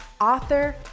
author